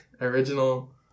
original